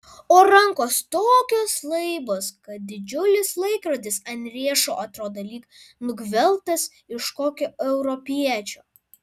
o rankos tokios laibos kad didžiulis laikrodis ant riešo atrodė lyg nugvelbtas iš kokio europiečio